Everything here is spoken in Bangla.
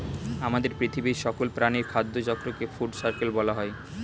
আমাদের পৃথিবীর সকল প্রাণীর খাদ্য চক্রকে ফুড সার্কেল বলা হয়